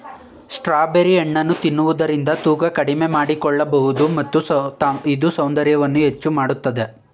strawberry ಹಣ್ಣನ್ನು ತಿನ್ನುವುದರಿಂದ ತೂಕ ಕಡಿಮೆ ಮಾಡಿಕೊಳ್ಳಬೋದು ಮತ್ತು ಇದು ಸೌಂದರ್ಯವನ್ನು ಹೆಚ್ಚು ಮಾಡತ್ತದೆ